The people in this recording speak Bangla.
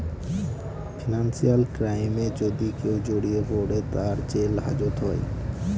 ফিনান্সিয়াল ক্রাইমে যদি কেউ জড়িয়ে পরে, তার জেল হাজত হয়